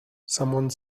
someone